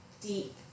deep